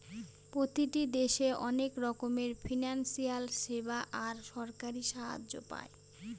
প্রতিটি দেশে অনেক রকমের ফিনান্সিয়াল সেবা আর সরকারি সাহায্য পায়